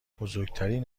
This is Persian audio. بزرگترین